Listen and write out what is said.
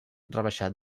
rebaixat